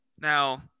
Now